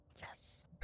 Yes